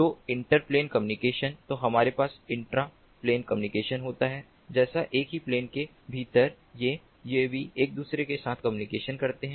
तो inter plane communication तो हमारे पास इंट्रा प्लेन कम्युनिकेशन होता है जैसे एक ही प्लेन के भीतर ये यूएवी एक दूसरे के साथ कम्युनिकेशन करते हैं